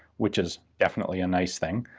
which is definitely a nice thing.